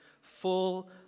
full